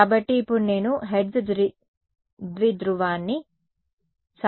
కాబట్టి ఇప్పుడు నేను హెర్ట్జ్ ద్విధ్రువాన్ని సాధారణంగా చూసేదాన్ని